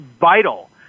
vital